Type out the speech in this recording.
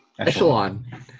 Echelon